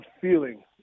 feeling